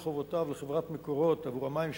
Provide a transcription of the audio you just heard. חובותיו לחברת "מקורות" עבור המים שסופקו,